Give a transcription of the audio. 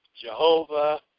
Jehovah